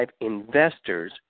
investors